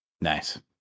Nice